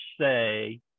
say